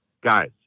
Guys